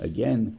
Again